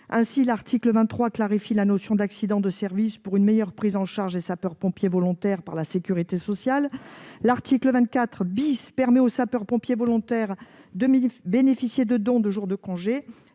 Ainsi, l'article 23 clarifie la notion d'accident de service pour une meilleure prise en charge des sapeurs-pompiers volontaires par la sécurité sociale. L'article 24 permet aux sapeurs-pompiers volontaires de bénéficier de dons de jours de congé